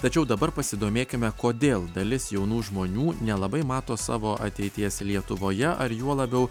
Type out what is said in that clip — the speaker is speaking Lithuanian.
tačiau dabar pasidomėkime kodėl dalis jaunų žmonių nelabai mato savo ateities lietuvoje ar juo labiau